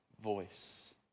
voice